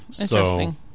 Interesting